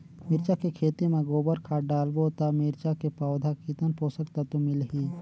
मिरचा के खेती मां गोबर खाद डालबो ता मिरचा के पौधा कितन पोषक तत्व मिलही?